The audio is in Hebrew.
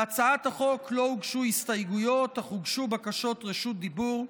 להצעת החוק לא הוגשו הסתייגויות אך הוגשו בקשות רשות דיבור.